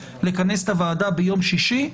לכנס את הוועדה ביום שישי.